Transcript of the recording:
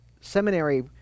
seminary